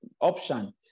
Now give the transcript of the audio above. option